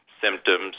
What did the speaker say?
symptoms